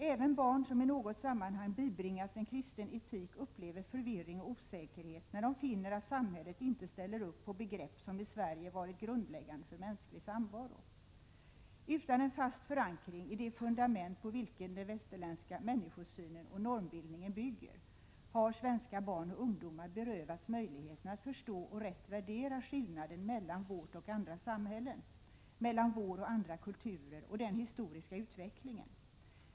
Även barn som i något sammanhang bibringats en kristen etik upplever förvirring och osäkerhet, när de finner att samhället inte ställer upp på begrepp som i Sverige varit grundläggande för mänsklig samvaro. Utan en fast förankring i det fundament på vilket den västerländska människosynen och normbildningen bygger har svenska barn och ungdomar berövats möjligheten att förstå och rätt värdera skillnaden mellan vårt och andra samhällen, mellan vår och andra kulturer och den historiska utveck lingen.